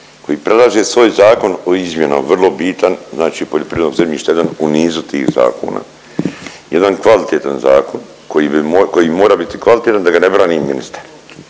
koji predlaže svoj zakon o izmjenama, vrlo bitan, znači poljoprivrednog zemljišta, jedan u nizu tih zakona, jedan kvalitetan zakon koji bi mo…, koji mora biti kvalitetan da ga ne brani ministar.